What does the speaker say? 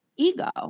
ego